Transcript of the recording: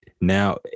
now